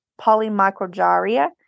polymicrogyria